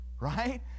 right